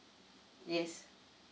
yes